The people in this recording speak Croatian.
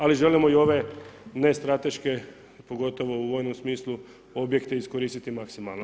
Ali želimo i ove ne strateške, pogotovo u vojnom smislu objekte iskoristiti maksimalno.